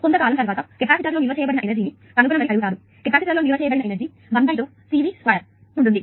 కాబట్టి కొంతకాలం తర్వాత కెపాసిటర్లో నిల్వ చేయబడిన ఎనర్జీ ని కనుగొనమని అడిగారు కెపాసిటర్లో నిల్వ చేయబడిన ఎనర్జీ 12CV2 ఉంటుంది